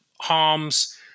harms